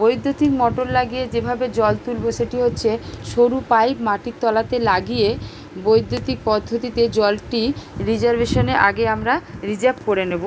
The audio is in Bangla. বৈদ্যুতিক মোটর লাগিয়ে যেভাবে জল তুলব সেটি হচ্ছে সরু পাইপ মাটির তলাতে লাগিয়ে বৈদ্যুতিক পদ্ধতিতে জলটি রিসার্ভেশনের আগে আমরা রিজার্ভ করে নেব